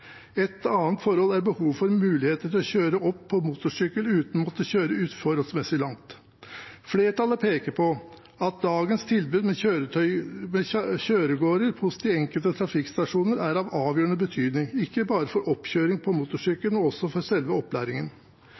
Et annet forhold er behovet for muligheten til å kjøre opp på motorsykkel uten å måtte kjøre uforholdsmessig langt. Flertallet peker på at dagens tilbud med kjøregårder ved de enkelte trafikkstasjoner er av avgjørende betydning, ikke bare for oppkjøring på motorsykkel, men også for selve opplæringen.